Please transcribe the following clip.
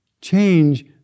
change